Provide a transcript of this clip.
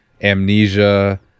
amnesia